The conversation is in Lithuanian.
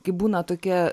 kai būna tokie